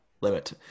limit